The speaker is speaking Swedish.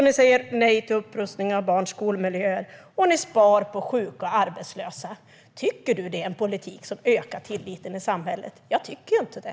Ni säger nej till upprustning av barns skolmiljöer och ni sparar på sjuka och arbetslösa. Tycker du att det är en politik som ökar tilliten i samhället? Jag tycker inte det.